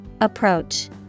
Approach